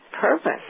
purpose